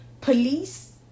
police